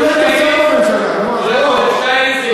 אפילו היית שר בממשלה.